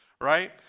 right